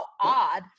odd